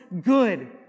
good